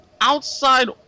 outside